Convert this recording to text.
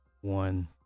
one